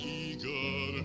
eager